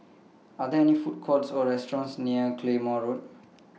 Are There any Food Courts Or restaurants near Claymore Road